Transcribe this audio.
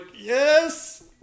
yes